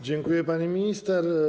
Dziękuję, pani minister.